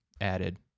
added